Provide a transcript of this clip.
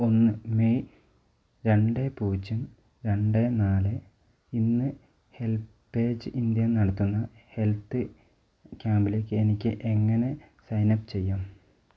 ഒന്ന് മെയ് രണ്ട് പൂജ്യം രണ്ട് നാല് ഇന്ന് ഹെൽപ്പേജ് ഇന്ത്യ നടത്തുന്ന ഹെൽത്ത് ക്യാമ്പിലേക്ക് എനിക്ക് എങ്ങനെ സൈനപ്പ് ചെയ്യാം